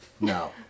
No